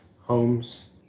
homes